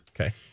Okay